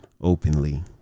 openly